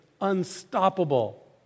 unstoppable